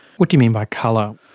what do you mean by colour?